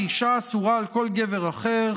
האישה אסורה על כל גבר אחר,